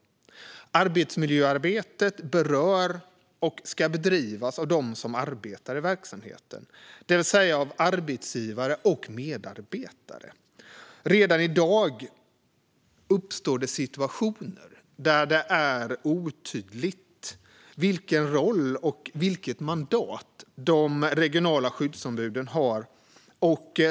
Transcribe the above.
Arbetsmiljöarbetet berör och ska bedrivas av dem som arbetar i verksamheten, det vill säga arbetsgivare och medarbetare. Redan i dag uppstår det situationer där det är otydligt vilken roll och vilket mandat de regionala skyddsombuden har.